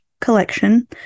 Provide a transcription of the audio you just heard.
collection